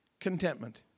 contentment